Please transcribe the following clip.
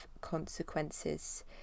consequences